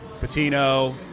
patino